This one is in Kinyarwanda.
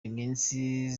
iminsi